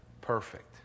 Perfect